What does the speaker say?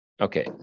Okay